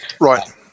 Right